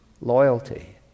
Loyalty